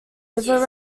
river